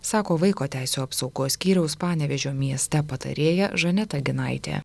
sako vaiko teisių apsaugos skyriaus panevėžio mieste patarėja žaneta ginaitė